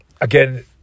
again